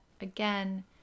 again